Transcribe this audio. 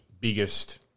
biggest